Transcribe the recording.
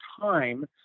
time